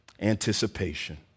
anticipation